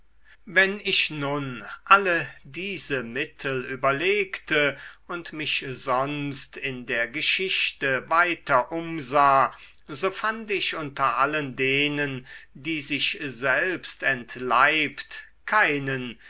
wenn ich nun alle diese mittel überlegte und mich sonst in der geschichte weiter umsah so fand ich unter allen denen die sich selbst entleibt keinen